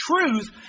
truth